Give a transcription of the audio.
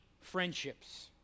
friendships